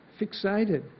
fixated